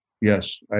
Yes